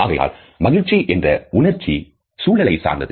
ஆகையால் மகிழ்ச்சி என்ற உணர்ச்சி சூழலைச் சார்ந்தது